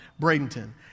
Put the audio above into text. Bradenton